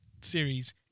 series